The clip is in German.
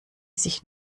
sich